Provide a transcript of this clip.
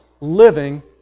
living